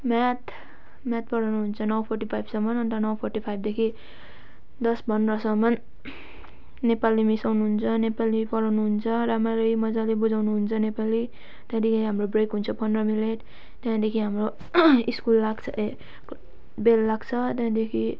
math math पढाउनु हुन्छ नौ फोर्टी फाइभसम्म अन्त नौ फोर्टी फाइभदेखि दस पन्ध्रसम्म नेपाली मिस आउनु हुन्छ नेपाली पढाउनु हुन्छ राम्ररी मजाले बुझाउनु हुन्छ नेपाली त्यहाँदेखि हाम्रो ब्रेक हुन्छ पन्ध्र मिनट त्यहाँदेखि हाम्रो स्कुल लाग्छ ए बेल लाग्छ त्यहाँदेखि